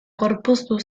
gorpuztu